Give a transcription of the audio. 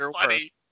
funny